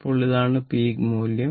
ഇപ്പോൾ ഇതാണ് പീക്ക് മൂല്യം